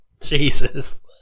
Jesus